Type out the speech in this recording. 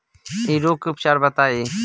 इ रोग के उपचार बताई?